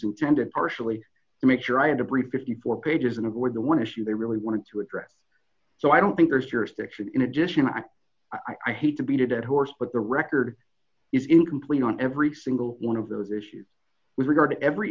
intended partially to make sure i had to break fifty four pages and avoid the one issue they really want to address so i don't think there's jurisdiction in addition i i hate to beat a dead horse but the record is incomplete on every single one of those issues with regard to every